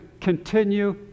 continue